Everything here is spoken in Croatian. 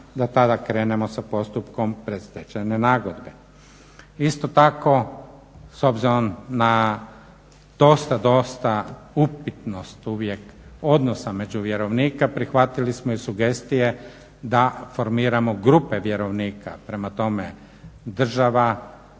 da tada krenemo sa postupkom predstečajne nagodbe. Isto tako, s obzirom da dosta dosta upitnost uvijek odnosa među vjerovnika prihvatili smo i sugestije da formiramo grupe vjerovnika prema tome: država,